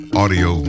audio